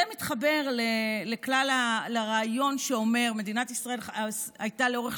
זה מתחבר לרעיון שאומר שמדינת ישראל הייתה לאורך